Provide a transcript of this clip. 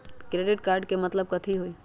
Credit card के मतलब कथी होई?